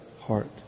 heart